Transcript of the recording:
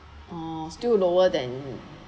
oh still lower than